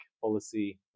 policy